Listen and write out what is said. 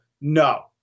no